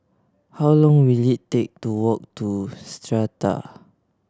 how long will it take to walk to Strata